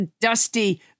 dusty